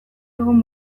egon